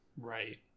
right